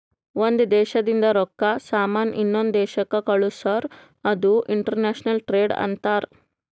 ಒಂದ್ ದೇಶದಿಂದ್ ರೊಕ್ಕಾ, ಸಾಮಾನ್ ಇನ್ನೊಂದು ದೇಶಕ್ ಕಳ್ಸುರ್ ಅದು ಇಂಟರ್ನ್ಯಾಷನಲ್ ಟ್ರೇಡ್ ಅಂತಾರ್